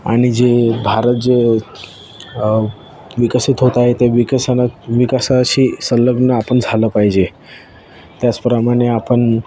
आणि जे भारत जे विकसित होत आहे ते विकसन विकासाशी संलग्न आपण झालं पाहिजे त्याचप्रमाणे आपण